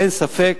אין ספק,